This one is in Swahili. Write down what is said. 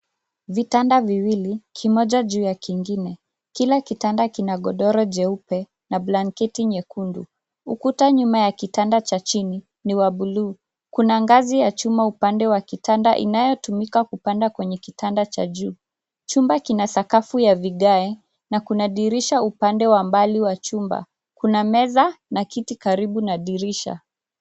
Vitanda viwili, kimoja juu ya kingine. Kila kitanda kina godoro jeupe na blanketi nyekundu. Ukuta nyuma ya kitanda cha chini ni wa buluu. Kuna ngazi ya chuma upande wa kitanda inayotumika kupanda kwenye kitanda cha juu. Chumba kina sakafu ya vigae na kuna dirisha upande wa mbali wa chumba. Kuna meza na kiti karibu na dirisha.